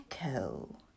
echo